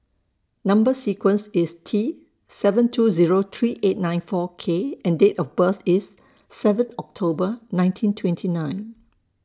Number sequence IS T seven two Zero three eight nine four K and Date of birth IS seven October nineteen twenty nine